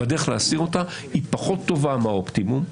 והדרך להסיר אותו היא פחות טובה מהאופטימום,